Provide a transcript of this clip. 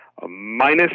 minus